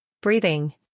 breathing